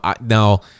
now